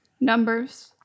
numbers